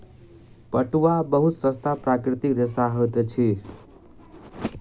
पटुआ बहुत सस्ता प्राकृतिक रेशा होइत अछि